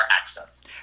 access